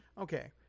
Okay